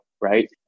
right